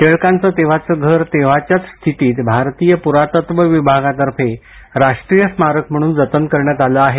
टिळकांचं तेव्हाचं घर तेव्हाच्याच स्थितीत भारतीय प्रातत्त्व विभागातर्फे राष्ट्रीय स्मारक म्हणून जतन करण्यात आलं आहे